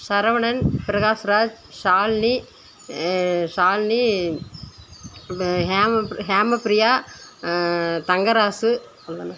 சரவணன் பிரகாஷ்ராஜ் ஷாலினி ஷாலினி ஹேமபிரியா தங்கராசு அதானே